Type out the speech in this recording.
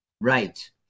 right